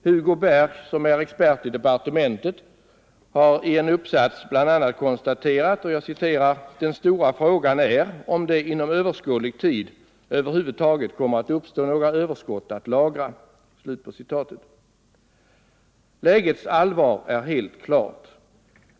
Hugo Berch, som är expert vid departementet, har i en uppsats bl.a. konstaterat: ”Den stora frågan är om det inom överskådlig tid överhuvudtaget kommer att uppstå några överskott att lagra.” Lägets allvar är helt klart.